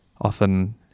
often